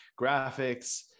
graphics